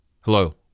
Hello